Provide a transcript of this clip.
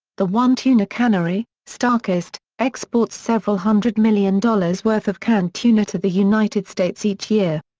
the one tuna cannery, starkist, exports several hundred million dollars worth of canned tuna to the united states each year.